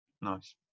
nice